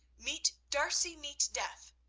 meet d'arcy, meet death!